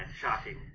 shocking